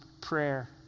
prayer